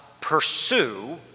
pursue